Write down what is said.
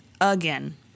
again